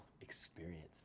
experience